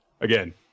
Again